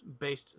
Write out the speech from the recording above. based